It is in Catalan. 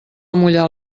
amollar